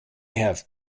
have